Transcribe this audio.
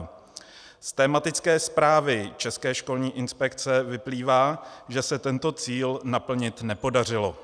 Z tematické zprávy České školní inspekce vyplývá, že se tento cíl naplnit nepodařilo.